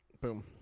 Boom